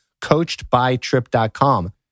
Coachedbytrip.com